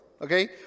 Okay